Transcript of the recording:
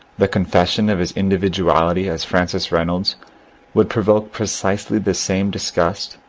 the confession of his individuality as francis reynolds would provoke pre cisely the same disgust,